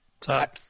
Talk